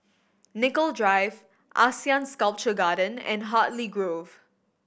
Nicoll Drive ASEAN Sculpture Garden and Hartley Grove